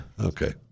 Okay